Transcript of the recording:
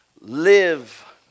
live